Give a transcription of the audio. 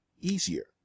easier